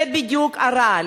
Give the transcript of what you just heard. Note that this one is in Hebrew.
זה בדיוק הרעל.